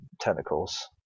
Tentacles